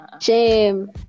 Shame